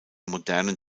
modernen